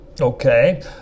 okay